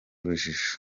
urujijo